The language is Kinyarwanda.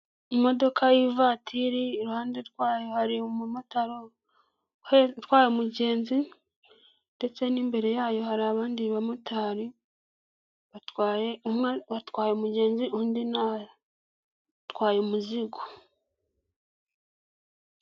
Imodoka y'ivatiri, iruhande rwayo har’umumotari utwaye umugenzi ndetse n'imbere yayo har’abandi bamotari batwaye. Umwe atwaye umugenzi undi atwaye umuzigo.